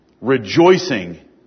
Rejoicing